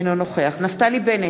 אינו נוכח נפתלי בנט,